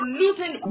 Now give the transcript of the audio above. losing